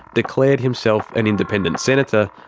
declared himself an independent senator,